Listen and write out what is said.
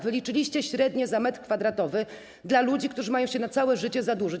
Wyliczyliście średnie za metr kwadratowy dla ludzi, którzy mają się na całe życie zadłużyć.